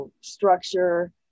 structure